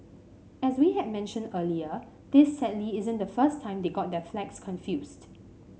as we had mentioned earlier this sadly isn't the first time they got their flags confused